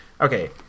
Okay